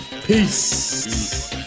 Peace